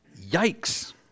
Yikes